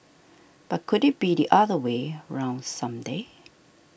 but could it be the other way round some day